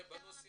בנושא